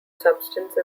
substance